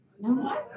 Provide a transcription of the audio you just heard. No